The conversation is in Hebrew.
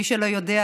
מי שלא יודע,